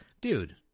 Dude